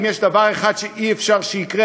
אם יש דבר אחד שאי-אפשר שיקרה,